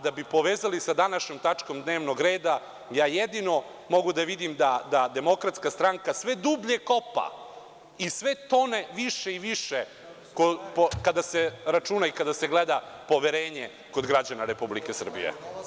Da bi povezali sa današnjom tačkom dnevnog reda, ja jedino mogu da vidim da Demokratska stranka sve dublje kopa i sve tone više i više kada se računa i kada se gleda poverenje kod građana Republike Srbije.